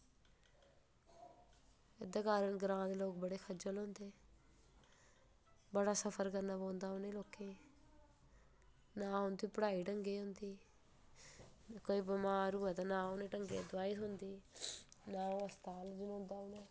उंदे कारण ग्रां दे लोग बड़े खज्जल होंदे बड़ा सफर करना पौंदा इनें लोकें ई नां उंदी पढ़ाई ढंगै दी होंदी कोई बमार होऐ ते ढंगै दी चाहिदी होंदी ना उनें हस्ताल जनोंदा इंया